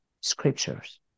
scriptures